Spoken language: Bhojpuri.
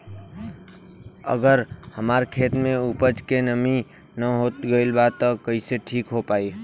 अगर हमार खेत में उपज में नमी न हो गइल बा त कइसे ठीक हो पाई?